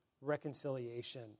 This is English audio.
reconciliation